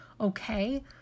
okay